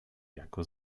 jako